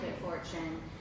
fortune